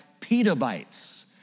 petabytes